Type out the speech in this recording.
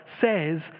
says